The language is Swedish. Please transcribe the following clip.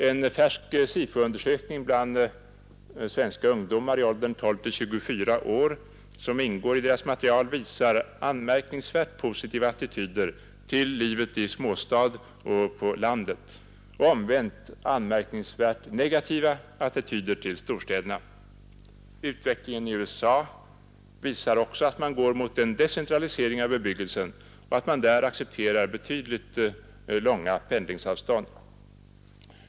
En färsk SIFO-undersökning av svensk ungdom i åldrarna 12—24 år, som ingår i deras material, visar anmärkningsvärt positiva attityder till livet i småstad och på landet och omvänt anmärkningsvärt negativa attityder till storstäderna. Utvecklingen i USA visar också att man går mot en decentralisering av bebyggelsen och därvid accepterar ganska långa pendlingsavstånd.